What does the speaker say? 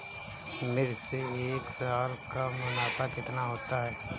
मिर्च से एक साल का मुनाफा कितना होता है?